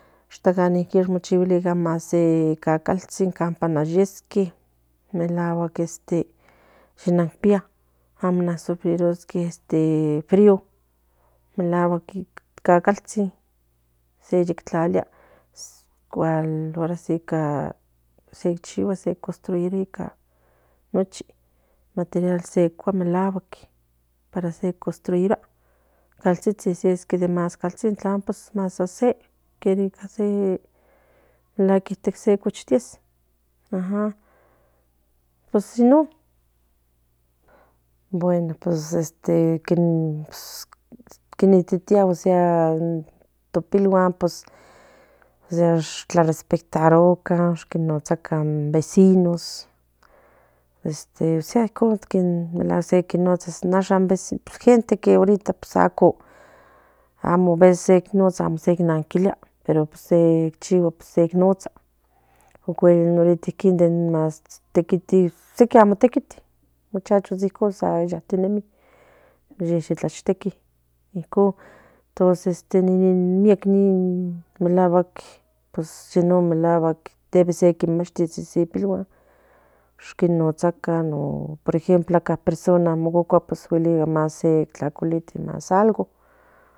Tacan icon tichiguilican se calcantsin melaguack ni pía amo sufrirosque frío melaguack calcantsin se ye tlalia orasi se chiguas se cotruiriguas melaguack caltsintemalcas más san se quera ica se cuishtec bueno pues que motitia osea no pilguan pues respetarucan in vecino osea icon se inotsas gente que amo se nota amo se naquilia se nota ocuel ahorita se tiquito amo sequi amo teuite sequi tlachtequi icon miek melaguack icon se pilguan quin motsacan por ejemplo se personas se tlaculiti pues algo